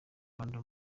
rwanda